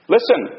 Listen